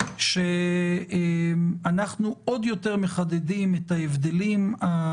האם אתם יודעים לומר,